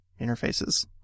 interfaces